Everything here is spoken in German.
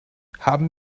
haben